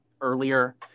earlier